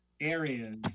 areas